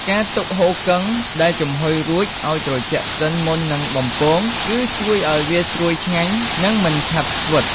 ការទុកហ៊ូគឹងដែលចំហុយរួចឱ្យត្រជាក់សិនមុននឹងបំពង គឺជួយឱ្យវាស្រួយឆ្ងាញ់ និងមិនឆាប់ស្វិត។